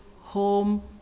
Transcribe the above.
home